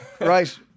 Right